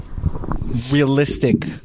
realistic